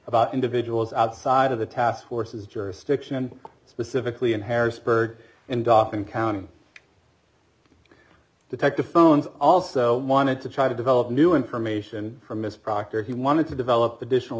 about individuals outside of the task forces jurisdiction specifically in harrisburg in doffing county detectaphone also wanted to try to develop new information from miss proctor he wanted to develop additional